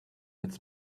its